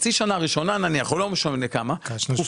בחצי השנה הראשונה או לא משנה כמה זמן,